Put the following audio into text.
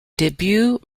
debut